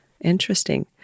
Interesting